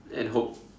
and hope